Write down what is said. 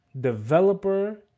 developer